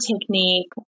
technique